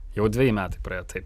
jau dveji metai praėjo taip